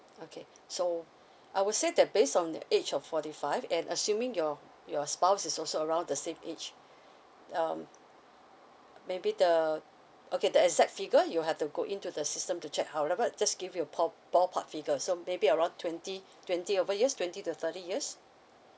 okay so I would say that based on the age of forty five and assuming your your spouse is also around the same age um maybe the okay the exact figure you'll have to go in to the system to check however just give you pop pop up figure so maybe around twenty twenty over years twenty to thirty years